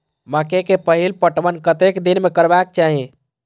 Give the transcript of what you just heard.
मकेय के पहिल पटवन कतेक दिन में करबाक चाही?